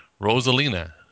Rosalina